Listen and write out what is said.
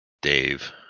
Dave